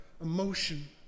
emotion